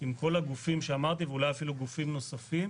עם כל הגופים שאמרתי ואולי אפילו גופים נוספים